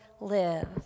live